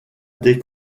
des